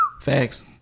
facts